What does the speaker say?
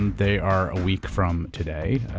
they are a week from today,